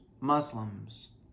Muslims